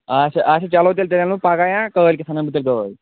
اچھا اچھا چلو تیٚلہِ تیٚلہِ انو پگاہ یا کٲلۍ کیٚتھ اَنو بہٕ گٲڑۍ